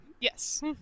Yes